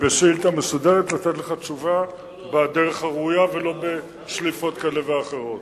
ובשאילתא מסודרת לתת לך תשובה בדרך הראויה ולא בשליפות כאלה ואחרות.